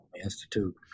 Institute